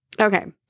Okay